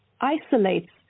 isolates